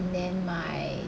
then my